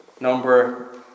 number